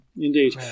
indeed